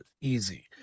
easy